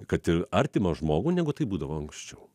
kad ir artimą žmogų negu tai būdavo anksčiau